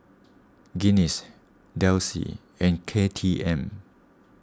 Guinness Delsey and K T M